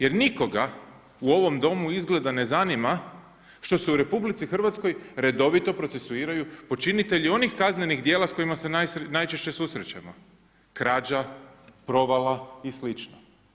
Jer nikoga u ovom domu izgleda ne zanima što se u RH redovito procesuiraju počinitelji onih kaznenih djela s kojima se najčešće susrećemo: krađa, provala i slično.